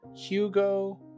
Hugo